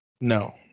No